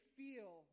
feel